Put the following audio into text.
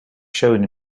shown